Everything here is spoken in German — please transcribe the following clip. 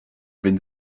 wenn